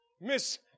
Miss